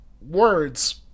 words